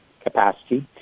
capacity